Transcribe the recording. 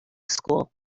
school